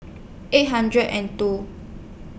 eight hundred and two